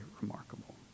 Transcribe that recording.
remarkable